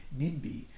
NIMBY